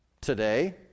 today